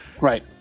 right